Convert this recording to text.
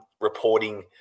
reporting